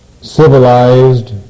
civilized